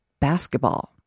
basketball